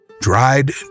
dried